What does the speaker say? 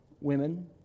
women